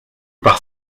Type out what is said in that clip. par